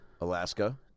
Alaska